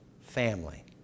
family